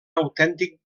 autèntic